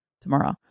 tomorrow